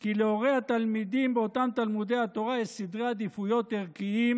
כי להורי התלמידים באותם תלמודי התורה יש סדרי עדיפויות ערכיים